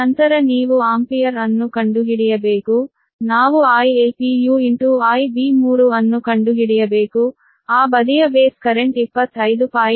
ನಂತರ ನೀವು ಆಂಪಿಯರ್ ಅನ್ನು ಕಂಡುಹಿಡಿಯಬೇಕು ನಾವು IL IB3 ಅನ್ನು ಕಂಡುಹಿಡಿಯಬೇಕು ಆ ಬದಿಯ ಬೇಸ್ ಕರೆಂಟ್ 25